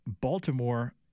Baltimore